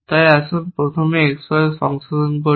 তাই আসুন প্রথমে X Y সংশোধন করি